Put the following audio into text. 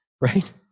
right